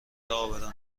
عابران